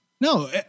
No